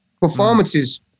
performances